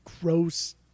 gross